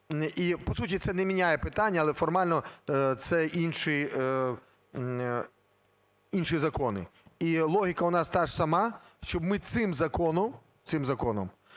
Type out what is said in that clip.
І, по суті, це не міняє питання, але формально це інші закони. І логіка у нас та ж сама, щоб ми цим законом,